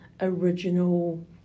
original